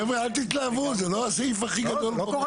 חבר'ה אל תתלהבו, זה לא הסעיף הכי גדול פה.